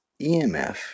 EMF